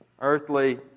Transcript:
Earthly